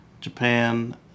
Japan